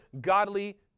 godly